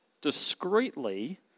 discreetly